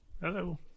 Hello